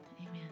amen